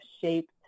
shaped